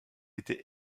était